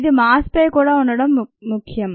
ఇది మాస్ పై కూడా ఉండటం కూడా ముఖ్యం